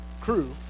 crew